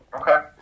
Okay